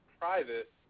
private